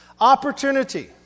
Opportunity